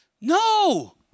No